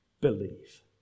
believe